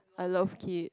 I love kid